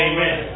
Amen